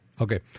Okay